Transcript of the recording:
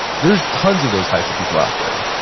there's tons of those types of people out there.